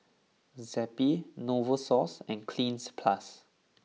Zappy Novosource and Cleanz plus